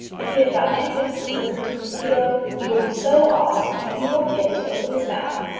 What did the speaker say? if he has got anything in his bosom to conceal, he will be so awe-struck that he won't be able to open his mouth.